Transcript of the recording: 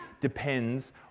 depends